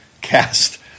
cast